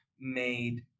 made